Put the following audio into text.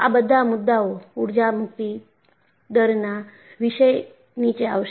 આ બધા મુદ્દાઓ ઊર્જા મુક્તિ દરના વિષય નીચે આવશે